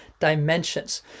dimensions